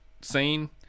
scene